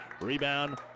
Rebound